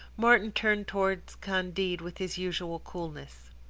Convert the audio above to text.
martin turned towards candide with his usual coolness.